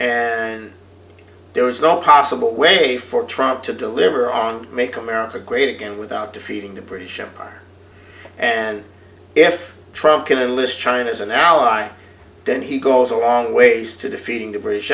and there is no possible ringback way for trump to deliver on make america great again without defeating the british empire and if trump in english china is an ally then he goes a long ways to defeating the british